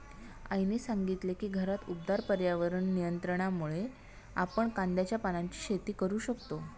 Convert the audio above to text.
आईने सांगितले की घरात उबदार पर्यावरण नियंत्रणामुळे आपण कांद्याच्या पानांची शेती करू शकतो